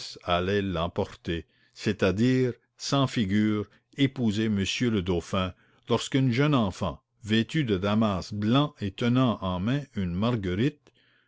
allait l'emporter c'est-à-dire sans figure épouser monsieur le dauphin lorsqu'une jeune enfant vêtue de damas blanc et tenant en main une marguerite